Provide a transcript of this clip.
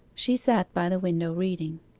she sat by the window reading.